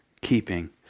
keeping